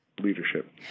leadership